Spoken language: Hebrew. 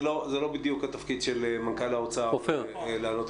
זה לא בדיוק התפקיד של מנכ"ל האוצר לענות.